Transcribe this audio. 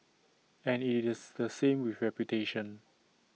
and IT is the same with reputation